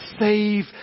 save